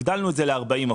הגדלנו את זה ל-40%.